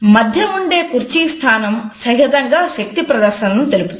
మధ్య ఉండే కుర్చీ స్థానం సహజంగా శక్తి ప్రదర్శనను తెలుపుతుంది